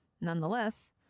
nonetheless